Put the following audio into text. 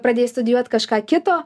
pradėjai studijuot kažką kito